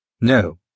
No